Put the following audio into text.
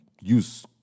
use